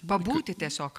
pabūti tiesiog